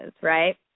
Right